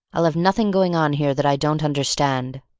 i'll have nothing going on here that i don't understand.